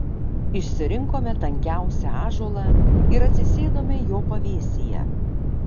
išsirinkome tankiausią ąžuolą ir atsisėdome jo pavėsyje